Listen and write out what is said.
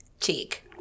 cheek